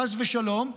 חס ושלום,